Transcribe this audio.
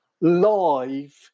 live